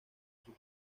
sus